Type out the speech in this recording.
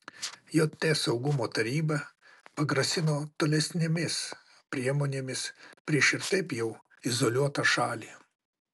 jt saugumo taryba pagrasino tolesnėmis priemonėmis prieš ir taip jau izoliuotą šalį